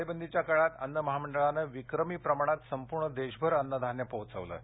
टाळेबंदीच्या काळात अन्न महामंडळानं विक्रमी प्रमाणात संपूर्ण देशभर अन्नधान्य पोहोचवलं आहे